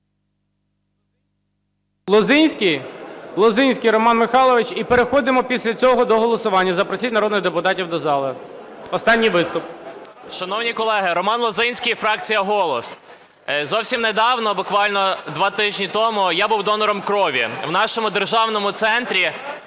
Лозинський? Лозинський Роман Михайлович. І переходимо після цього до голосування, запросіть народних депутатів до зали. Останній виступ. 10:36:38 ЛОЗИНСЬКИЙ Р.М. Шановні колеги! Роман Лозинський, фракція "Голос". Зовсім недавно, буквально два тижні тому, я був донором крові, в нашому державному центрі